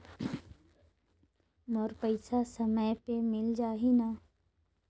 मोर पइसा समय पे मिल जाही न?